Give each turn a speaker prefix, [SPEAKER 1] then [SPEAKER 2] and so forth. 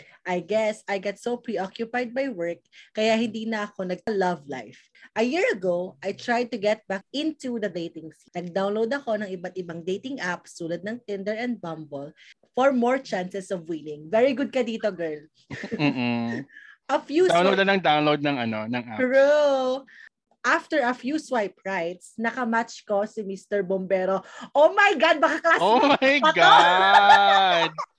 [SPEAKER 1] I guess I get so preoccupied by work, kaya hindi na ako nag-love life. A year ago, I tried to get back into the dating scene. Nag-download ako ng iba't-ibang dating apps, tulad ng Tinder and Bumble, for more chances of winning. Very good ka dito, girl. A few
[SPEAKER 2] Download
[SPEAKER 1] swi-
[SPEAKER 2] na lang download ng ano, ng apps.
[SPEAKER 1] True. After a few swipe rights, nakamatch ko si Mr. Bombero. Oh my God, baka
[SPEAKER 2] Oh
[SPEAKER 1] classmate
[SPEAKER 2] my
[SPEAKER 1] ko to.
[SPEAKER 2] God.